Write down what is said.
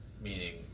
meaning